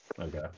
Okay